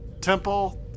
Temple